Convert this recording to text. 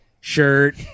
shirt